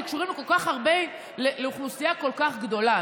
שקשורים לאוכלוסייה כל כך גדולה,